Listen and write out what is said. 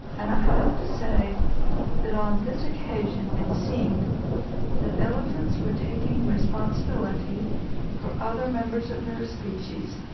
and i have to say that on this occasion it seemed that elephants were taking responsibility for other members of their species,